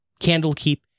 Candlekeep